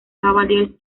cavaliers